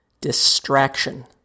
Distraction